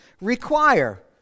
require